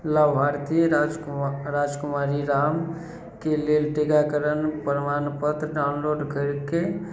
लाभार्थी राज कुमा राजकुमारी राम के लेल टीकाकरण प्रमाणपत्र डाउनलोड कैरके